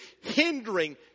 hindering